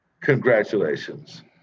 congratulations